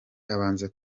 abanza